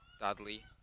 Dudley